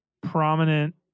prominent